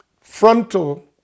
frontal